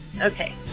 Okay